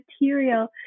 material